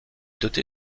doté